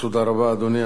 תודה רבה, אדוני.